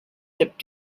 hip